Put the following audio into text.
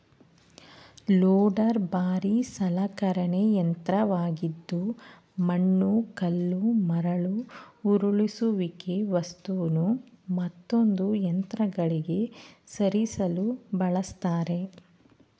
loader ಭಾರೀ ಸಲಕರಣೆ ಯಂತ್ರವಾಗಿದ್ದು ಮಣ್ಣು ಕಲ್ಲು ಮರಳು ಉರುಳಿಸುವಿಕೆ ವಸ್ತುನು ಮತ್ತೊಂದು ಯಂತ್ರಗಳಿಗೆ ಸರಿಸಲು ಬಳಸ್ತರೆ